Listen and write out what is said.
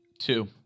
Two